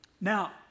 Now